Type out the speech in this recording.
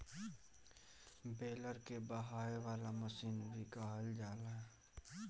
baler के बहावे वाला मशीन भी कहल जाला